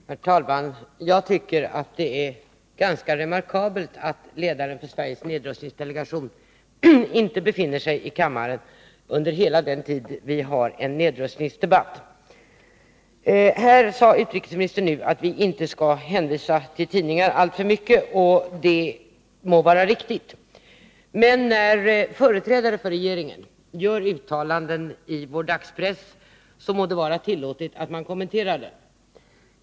Herr talman! Jag tycker att det är ganska remarkabelt att ledaren för Sveriges nedrustningsdelegation inte befinner sig i kammaren under hela den tid som det förs en nedrustningsdebatt. Utrikesministern sade att vi inte bör alltför mycket hänvisa till tidningar, och det må vara riktigt. Men när företrädare för regeringen gör uttalanden i dagspressen må det vara tillåtet att något kommentera dem.